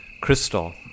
Crystal